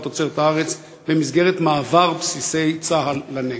תוצרת הארץ במסגרת מעבר בסיסי צה"ל לנגב?